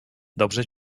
dobrze